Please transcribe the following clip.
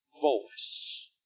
voice